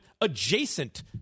adjacent